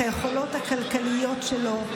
את היכולות הכלכליות שלו,